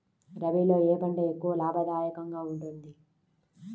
రబీలో ఏ పంట ఎక్కువ లాభదాయకంగా ఉంటుంది?